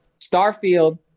Starfield